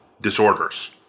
disorders